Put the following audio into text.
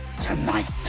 tonight